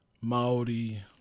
Maori